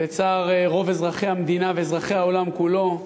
ולצער רוב אזרחי המדינה ואזרחי העולם כולו,